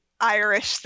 Irish